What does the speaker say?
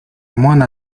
mona